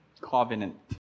covenant